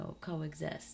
coexist